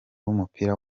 w’umupira